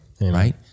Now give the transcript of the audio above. Right